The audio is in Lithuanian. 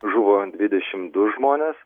žuvo dvidešim du žmonės